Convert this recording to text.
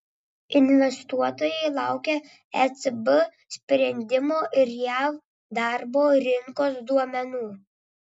investuotojai laukia ecb sprendimo ir jav darbo rinkos duomenų